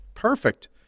perfect